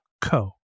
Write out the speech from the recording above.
co